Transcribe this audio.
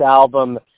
album